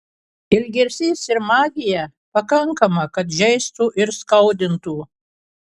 ilgesys ir magija pakankama kad žeistų ir skaudintų